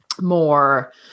more